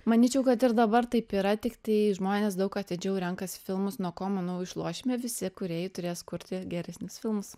manyčiau kad ir dabar taip yra tiktai žmonės daug atidžiau renkasi filmus nuo ko manau išlošime visi kūrėjai turės kurti geresnius filmus